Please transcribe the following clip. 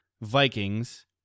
Vikings